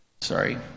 Sorry